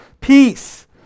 Peace